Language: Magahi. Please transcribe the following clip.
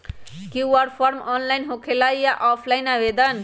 कियु.आर फॉर्म ऑनलाइन होकेला कि ऑफ़ लाइन आवेदन?